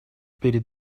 перед